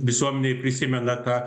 visuomenėj prisimena tą